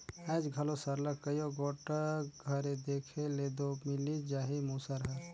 आएज घलो सरलग कइयो गोट घरे देखे ले दो मिलिच जाही मूसर हर